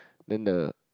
then the